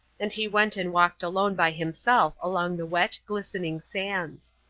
and he went and walked alone by himself along the wet, glistening sands.